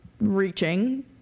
reaching